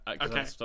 okay